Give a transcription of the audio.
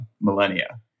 millennia